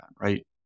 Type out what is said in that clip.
right